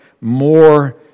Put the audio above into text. more